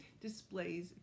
displays